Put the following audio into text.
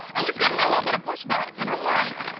and he's giving me a little bit of pushback, and i'm like,